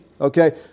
okay